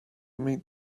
meet